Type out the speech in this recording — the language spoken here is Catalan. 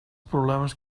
problemes